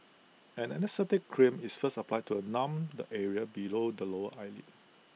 an anaesthetic cream is first applied to A numb the area below the lower eyelid